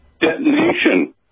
detonation